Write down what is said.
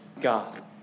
God